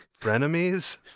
Frenemies